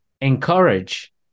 encourage